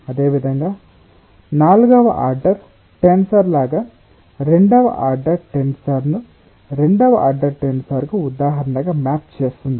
అదేవిధంగా నాల్గవ order tensor లాగా రెండవ ఆర్డర్ టెన్సర్ను రెండవ ఆర్డర్ టెన్సర్కు ఉదాహరణగా మ్యాప్ చేస్తుంది